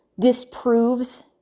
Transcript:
disproves